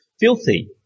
filthy